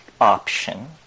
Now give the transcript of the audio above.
option